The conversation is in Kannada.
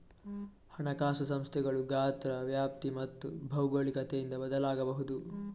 ಹಣಕಾಸು ಸಂಸ್ಥೆಗಳು ಗಾತ್ರ, ವ್ಯಾಪ್ತಿ ಮತ್ತು ಭೌಗೋಳಿಕತೆಯಿಂದ ಬದಲಾಗಬಹುದು